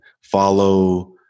follow